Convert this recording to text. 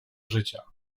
życia